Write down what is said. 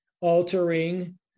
altering